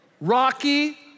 Rocky